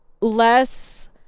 less